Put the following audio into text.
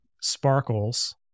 sparkles